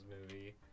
movie